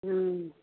हूँ